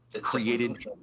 created –